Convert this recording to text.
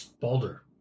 Baldur